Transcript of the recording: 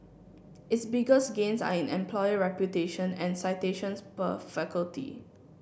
its biggest gains are in employer reputation and citations per faculty